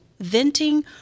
venting